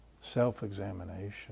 self-examination